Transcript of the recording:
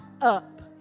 up